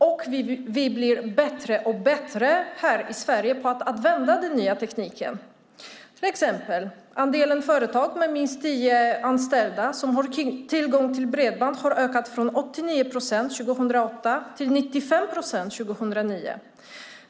Och vi blir bättre och bättre här i Sverige på att använda den nya tekniken. Till exempel har andelen företag med minst tio anställda som har tillgång till bredband ökat från 89 procent 2008 till 95 procent 2009.